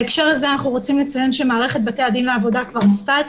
בהקשר זה אנחנו רוצים לציין שמערכת בתי-הדין לעבודה כבר עשתה את